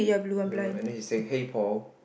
uh and then he saying hey Paul